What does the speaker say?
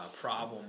Problem